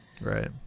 right